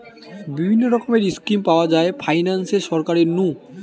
বিভিন্ন রকমের স্কিম পাওয়া যায় ফাইনান্সে সরকার নু